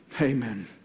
Amen